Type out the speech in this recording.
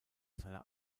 seiner